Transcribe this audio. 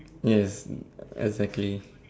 yes exactly